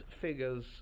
figures